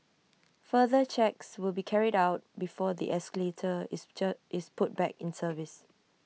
further checks will be carried out before the escalator is check is put back in service